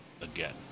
again